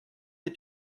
des